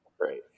right